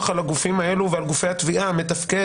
על הגופים האלו ועל גופי התביעה מתפקד,